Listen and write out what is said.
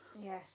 Yes